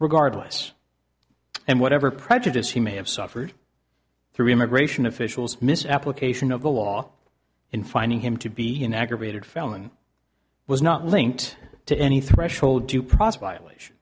regardless and whatever prejudice he may have suffered through immigration officials mis application of the law in finding him to be an aggravated felon was not linked to any threshold due process